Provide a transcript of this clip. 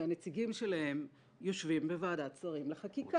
שהנציגים שלהם יושבים בוועדת שרים לחקיקה.